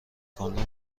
کالا